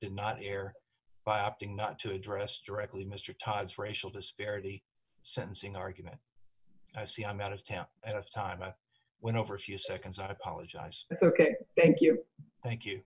did not hear by opting not to address directly mr todd's racial disparity sentencing argument i see i'm out of town and it's time i went over a few seconds i apologize ok thank you thank you